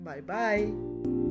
Bye-bye